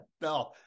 No